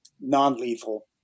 non-lethal